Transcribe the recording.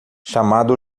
chamado